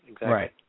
Right